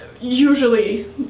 usually